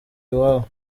iwabo